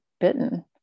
bitten